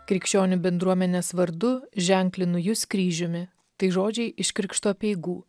krikščionių bendruomenės vardu ženklinu jus kryžiumi tai žodžiai iš krikšto apeigų